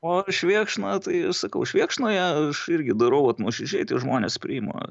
o švėkšna tai sakau švėkšnoje aš irgi darau vat nuoširdžiai tai žmonės priima